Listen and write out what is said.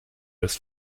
des